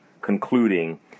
concluding